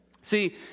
See